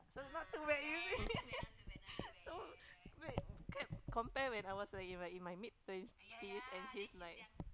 so not too bad you see so wait can compare when I was uh in my in my mid twenties and his like